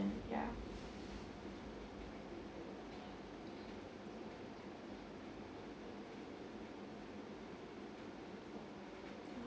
and ya